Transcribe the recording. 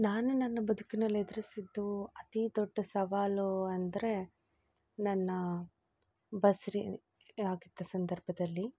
ನಾನು ನನ್ನ ಬದುಕಿನಲ್ಲಿ ಎದುರಿಸಿದ್ದು ಅತಿ ದೊಡ್ಡ ಸವಾಲು ಅಂದರೆ ನನ್ನ ಬಸ್ ಆಗಿದ್ದ ಸಂದರ್ಭದಲ್ಲಿ